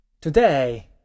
today